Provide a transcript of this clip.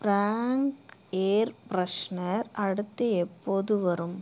Frank air freshener அடுத்து எப்போது வரும்